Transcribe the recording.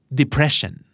depression